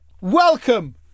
Welcome